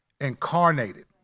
incarnated